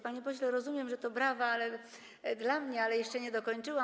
Panie pośle, rozumiem, że to brawa dla mnie, ale jeszcze nie dokończyłam.